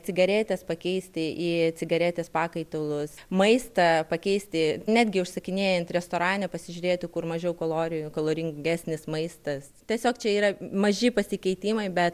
cigaretes pakeisti į cigaretės pakaitalus maistą pakeisti netgi užsakinėjant restorane pasižiūrėti kur mažiau kalorijų kaloringesnis maistas tiesiog čia yra maži pasikeitimai bet